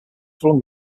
flung